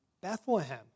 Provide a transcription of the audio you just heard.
Bethlehem